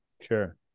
Sure